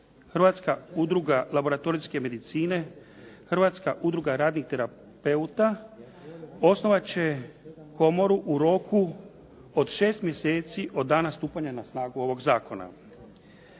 Hrvatska udruga laboratorijske medicine, Hrvatska udruga radnih terapeuta osnovat će komoru u roku od 6 mjeseci od dana stupanja na snagu ovog zakona.